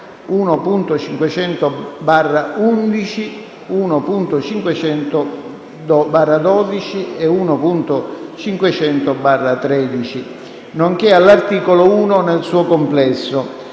1.500/11, 1.500/12 e 1.500/13, nonché all'articolo 1 nel suo complesso,